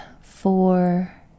four